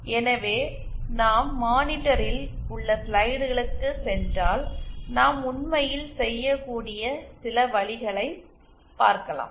எனவே நாம் மானிட்டரில் உள்ள ஸ்லைடுகளுக்குச் சென்றால் நாம் உண்மையில் செய்யக்கூடிய சில வழிகளை பார்க்கலாம்